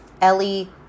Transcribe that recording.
Ellie